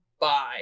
bye